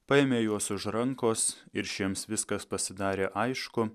paėmė juos už rankos ir šiems viskas pasidarė aišku